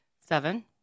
Seven